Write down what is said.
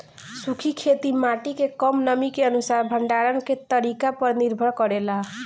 सूखी खेती माटी के कम नमी के अनुसार भंडारण के तरीका पर निर्भर करेला